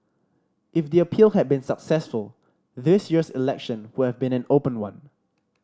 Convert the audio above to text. if the appeal had been successful this year's election would have been an open one